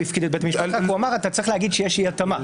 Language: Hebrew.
הוא הפקיד את בית המשפט אלא שהוא אמר שהוא צריך להגיד שיש אי התאמה.